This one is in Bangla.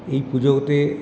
এই পুজোতে